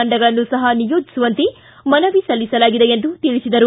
ತಂಡಗಳನ್ನು ಸಪ ನಿಯೋಜಿಸುವಂತೆ ಮನವಿ ಸಲ್ಲಿಸಲಾಗಿದೆ ಎಂದು ತಿಳಿಸಿದರು